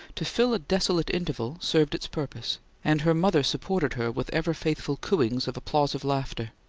to fill a desolate interval, served its purpose and her mother supported her with ever-faithful cooings of applausive laughter.